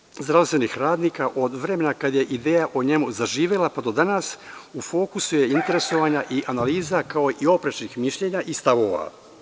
Dopunski rad zdravstvenih radnika od vremena od kada je ideja o njemu zaživela pa do danas, u fokusu je interesovanja i analiza, kao i oprečnih mišljenja i stavova.